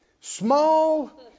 small